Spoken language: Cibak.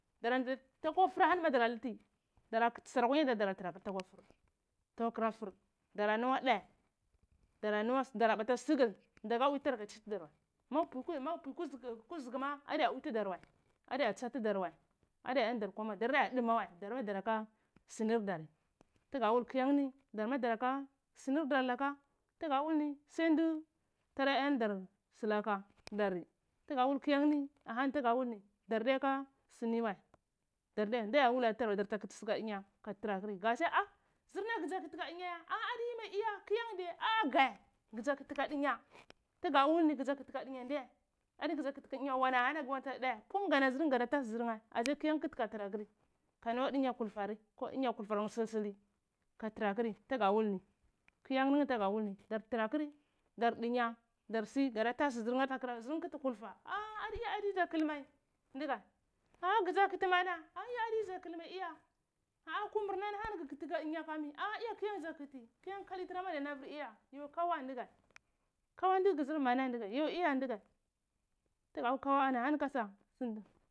Dara nzr ko fr ahani ma dara litti dara kti su akwa nyar dar kadar trakri takwa fr dara nuwa dae dara nuwa dara bta skl dark a bwiu tdar ka tsitdar wa mag pni kuzugu kuzugu ma adiya kwui tdar wa adiya tsatdar wai adiya eya zdr komi wae dar adiya dinawae daraki sinir dar tgawul kyan ni dar ma daratka snir dar laka tga wul ni sai nd tara aja dar slake dar tga wul kyan ni ahani tga wul ni dar diyaka sini wae dar diya da wula tdar wae dark a kti srnae katti ka tra kr ka dinya ka trakri gasi ah zr na gza kti ka diya ya a’a adiyi mai iya kyan diya a’a gae ga kti ka dinya tga wul ni gza kti ke dinya ndiye adi gza kti ka diya wa ani ahani wata dae kum gada zrn gata tasi zrnae ase kyan kti ka tra kri ka nuwa dinya kul ti ku dinga kul tanae silsili ka trakri tgawul ni kyan tga wul ni dar tratri dar tratri dirdinya darsi dara tasi ernae atakra zrnae kti kulfa a’a adi iya adiyi za kl mai ndga a’a dza kti mana a a dya adiylza ki wu iye ani kamina ahani ga dinga kami iya kyan za kti kyan kali tra ma de nover iya yo kawa ndga kawanga diya zr mana yo iya ndgae tgawul kau ani ahani za.